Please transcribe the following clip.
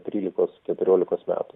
trylikos keturiolikos metų